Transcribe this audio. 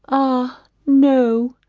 ah no,